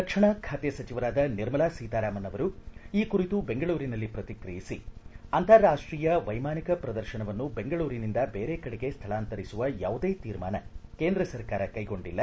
ರಕ್ಷಣಾ ಖಾತೆ ಸಚಿವರಾದ ನಿರ್ಮಲಾ ಸೀತಾರಾಮನ್ ಅವರು ಈ ಕುರಿತು ಬೆಂಗಳೂರಿನಲ್ಲಿ ಪ್ರತಿಕ್ರಿಯಿಸಿ ಅಂತಾರಾಷ್ಷೀಯ ವೈಮಾನಿಕ ಪ್ರದರ್ಶನವನ್ನು ದೆಂಗಳೂರಿನಿಂದ ದೇರೆ ಕಡೆಗೆ ಸ್ವಳಾಂತರಿಸುವ ಯಾವುದೇ ತೀರ್ಮಾನ ಕೇಂದ್ರ ಸರ್ಕಾರ ಕೈಗೊಂಡಿಲ್ಲ